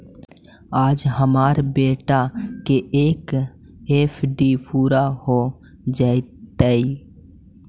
आज हमार बेटा के एफ.डी पूरा हो जयतई